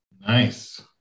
Nice